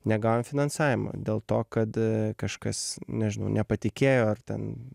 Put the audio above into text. negavom finansavimo dėl to kad kažkas nežinau nepatikėjo ar ten